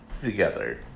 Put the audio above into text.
together